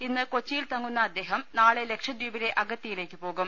ഇന്ന് കൊച്ചിയിൽ തങ്ങുന്ന അദ്ദേഹം നാളെ ലക്ഷദ്വീപിലെ അഗത്തി യിലേക്ക് പോകും